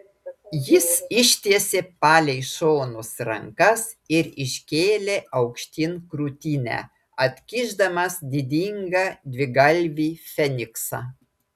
jis ištiesė palei šonus rankas ir iškėlė aukštyn krūtinę atkišdamas didingą dvigalvį feniksą